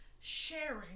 sharing